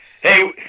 Hey